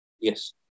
Yes